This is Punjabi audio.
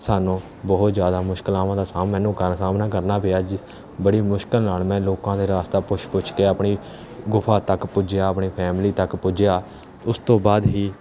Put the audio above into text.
ਸਾਨੂੰ ਬਹੁਤ ਜ਼ਿਆਦਾ ਮੁਸ਼ਕਿਲਾਂ ਦਾ ਸਾਮ ਮੈਨੂੰ ਕਰ ਸਾਹਮਣਾ ਕਰਨਾ ਪਿਆ ਜਿਸ ਬੜੀ ਮੁਸ਼ਕਿਲ ਨਾਲ ਮੈਂ ਲੋਕਾਂ ਦੇ ਰਾਸਤਾ ਪੁੱਛ ਪੁੱਛ ਕੇ ਆਪਣੀ ਗੁਫ਼ਾ ਤੱਕ ਪੁੱਜਿਆ ਆਪਣੀ ਫੈਮਿਲੀ ਤੱਕ ਪੁੱਜਿਆ ਉਸ ਤੋਂ ਬਾਅਦ ਹੀ